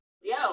Yo